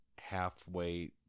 halfway